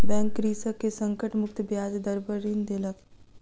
bank कृषक के संकट मुक्त ब्याज दर पर ऋण देलक